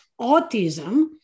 autism